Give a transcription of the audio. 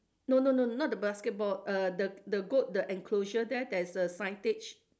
no no no no not the basketball uh the the goat the enclosure there there's a signage